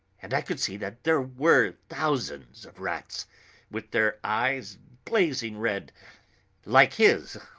and i could see that there were thousands of rats with their eyes blazing red like his,